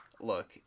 look